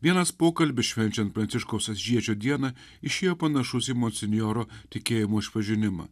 vienas pokalbis švenčiant pranciškaus asyžiečio dieną išėjo panašus į monsinjoro tikėjimo išpažinimą